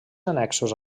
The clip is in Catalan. annexos